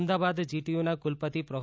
અમદાવાદ જીટીયુના કુલપતિ પ્રો